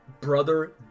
Brother